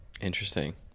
Interesting